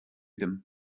them